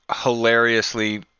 hilariously